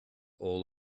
all